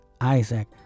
Isaac